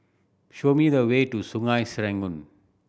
show me the way to Sungei Serangoon